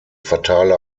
fatale